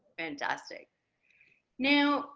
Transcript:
fantastic now